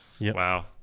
Wow